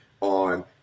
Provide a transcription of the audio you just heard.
on